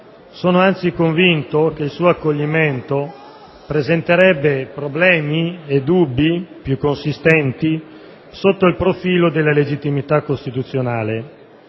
Sono anzi convinto che il suo accoglimento presenterebbe problemi e dubbi più consistenti sotto il profilo della legittimità costituzionale.